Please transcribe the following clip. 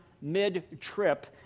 mid-trip